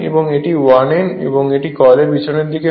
এবং এটি l N এর এটি কয়েলের পিছনের দিক হয়